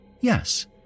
Yes